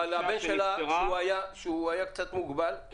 אבל הבן שלה שהיה קצת מוגבל,